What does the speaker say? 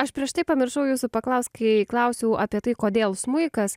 aš prieš tai pamiršau jūsų paklaust kai klausiau apie tai kodėl smuikas